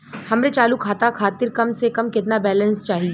हमरे चालू खाता खातिर कम से कम केतना बैलैंस चाही?